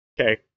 Okay